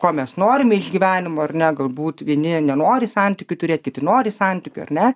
ko mes norime iš gyvenimo ar ne galbūt vieni nenori santykių turėt kiti nori santykių ar ne